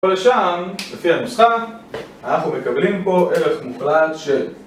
כל השאר, לפי המשחק, אנחנו מקבלים פה ערך מוחלט של ...